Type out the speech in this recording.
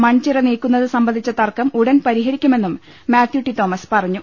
മൺചിറ നീക്കുന്നത് സംബന്ധിച്ച തർക്കം ഉടൻ പരിഹരിക്കുമെന്നും മാത്യു ടി തോമസ് പറഞ്ഞു